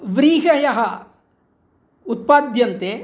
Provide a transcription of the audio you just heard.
व्रीहयः उत्पाद्यन्ते